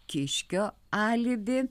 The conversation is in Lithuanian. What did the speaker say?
kiškio alibi